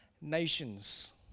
nations